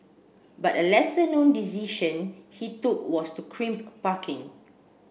but a lesser known decision he took was to crimp parking